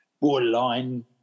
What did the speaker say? borderline